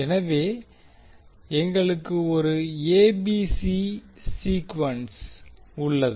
எனவே எங்களுக்கு ஒரு ஏசிபி சீக்குவென்ஸ் உள்ளது